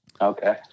Okay